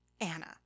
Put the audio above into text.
Anna